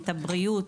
את הבריאות,